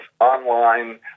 online